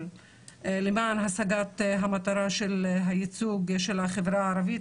למען השגת המטרה של ייצוג החברה הערבית,